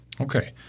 Okay